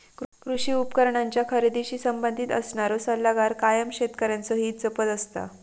कृषी उपकरणांच्या खरेदीशी संबंधित असणारो सल्लागार कायम शेतकऱ्यांचा हित जपत असता